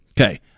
Okay